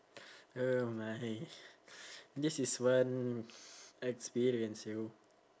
oh my this is one experience yo